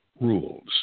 rules